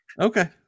okay